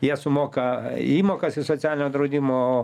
jie sumoka įmokas į socialinio draudimo